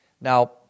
Now